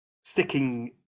sticking